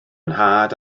nhad